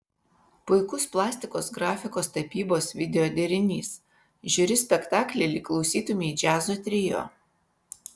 puikus plastikos grafikos tapybos video derinys žiūri spektaklį lyg klausytumei džiazo trio